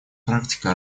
практика